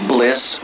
Bliss